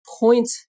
point